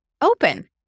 open